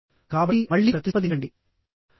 కాబట్టి మళ్ళీ మీరు ప్రతిస్పందించడానికి ప్రయత్నిస్తారు